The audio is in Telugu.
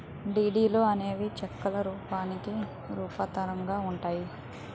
డీడీలు అనేవి చెక్కుల రూపానికి రూపాంతరంగా ఉంటాయి